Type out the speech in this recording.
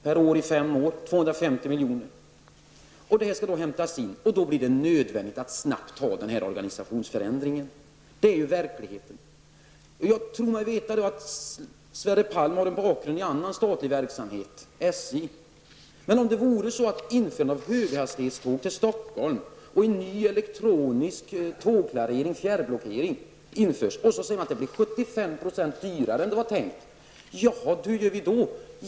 Detta är pengar som skall hämtas in, och det blir då nödvändigt att snabbt göra denna organisationsförändring. Det är verkligheten. Jag tror mig veta att Sverre Palm har en bakgrund i annan statlig verksamhet, SJ. Men om införandet av höghastighetståg till Stockholm och en ny elektronisk tågklarering, fjärrblockering, skulle bli 75 % dyrare än det var tänkt, vad skulle man då göra?